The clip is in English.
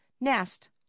nest